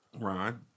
Ron